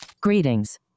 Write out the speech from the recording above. Greetings